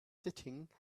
sitting